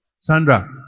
Sandra